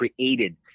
created